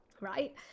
right